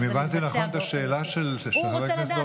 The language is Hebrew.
אם הבנתי נכון את השאלה של חבר הכנסת ברוכי,